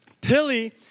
Pilly